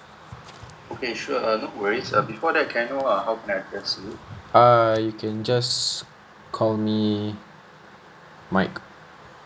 err you can just call me mike